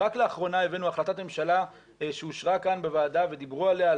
רק לאחרונה הבאנו החלטת ממשלה שאושרה כאן בוועדה ודיברו עליה,